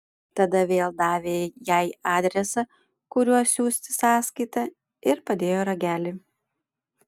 tada vėl davė jai adresą kuriuo siųsti sąskaitą ir padėjo ragelį